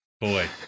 boy